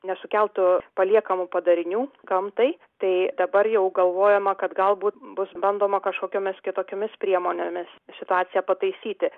nesukeltų paliekamų padarinių gamtai tai dabar jau galvojama kad galbūt bus bandoma kažkokiomis kitokiomis priemonėmis situaciją pataisyti